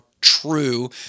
true